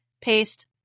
Paste